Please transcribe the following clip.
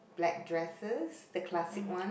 black dresses the classic one